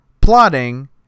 plotting